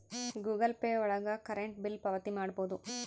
Google Pay ಒಳಗ current bill ಪಾವತಿ ಮಾಡ್ಬೋದು